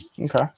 Okay